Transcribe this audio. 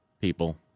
people